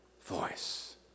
voice